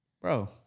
bro